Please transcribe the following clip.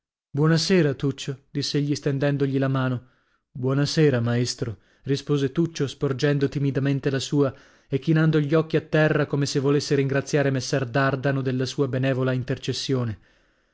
sera tuccio diss'egli stendendogli la mano buona sera maestro rispose tuccio sporgendo timidamente la sua e chinando gli occhi a terra come se volesse ringraziare messer dardano della sua benevola intercessione